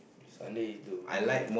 Sunday is the busy